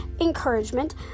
encouragement